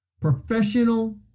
professional